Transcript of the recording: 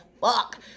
fuck